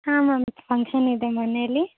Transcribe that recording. ಹಾಂ ಮ್ಯಾಮ್ ಫಂಕ್ಷನಿದೆ ಮನೇಲಿ